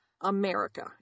America